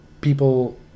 people